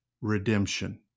redemption